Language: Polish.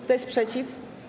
Kto jest przeciw?